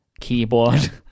keyboard